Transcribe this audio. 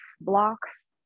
blocks